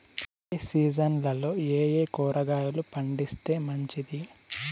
ఏ సీజన్లలో ఏయే కూరగాయలు పండిస్తే మంచిది